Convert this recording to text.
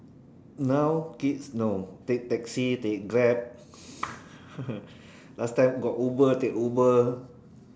now kids no take taxi take Grab last time got Uber take Uber